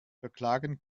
verklagen